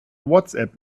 whatsapp